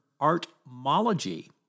artmology